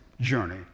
journey